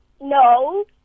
No